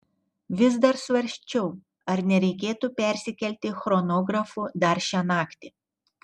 vis dar svarsčiau ar nereikėtų persikelti chronografu dar šią naktį